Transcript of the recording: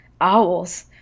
owls